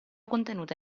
contenute